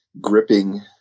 gripping